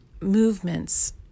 movements